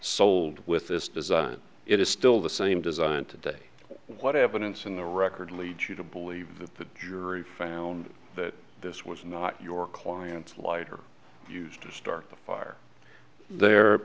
sold with this design it is still the same design today what evidence in the record leads you to believe that the jury found that this was not your client's lighter used to start a fire there